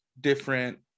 different